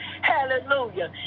Hallelujah